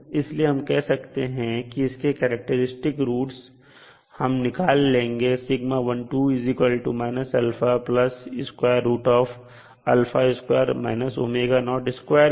इसलिए हम कह सकते हैं कि इसके करैक्टेरिस्टिक रूट्स निकाल लेंगे से